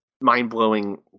mind-blowing